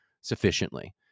sufficiently